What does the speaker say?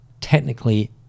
technically